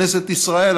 כנסת ישראל,